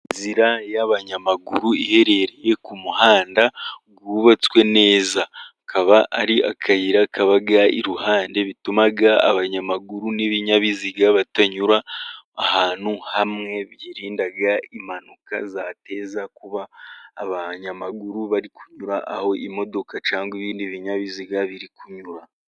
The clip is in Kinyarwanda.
Inzira y'abanyamaguru iherereye ku muhanda wubatswe neza, akaba ari akayira kaba iruhande bituma abanyamaguru n'ibinyabiziga batanyura ahantu hamwe. Birinda impanuka zateza kuba abanyamaguru bari kunyura aho imodoka cyangwa ibindi binyabiziga biri kunyura.